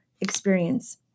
experience